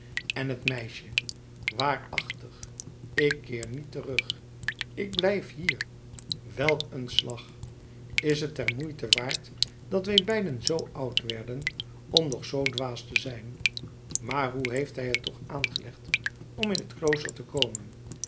en het meisje waarachtig ik keer niet terug ik blijf hier welk een slag is het der moeite waard dat wij beiden zoo oud werden om nog zoo dwaas te zijn maar hoe heeft hij t toch aangelegd om in het klooster te komen